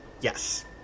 Yes